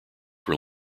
were